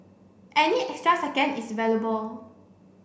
any extra second is valuable